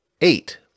Eight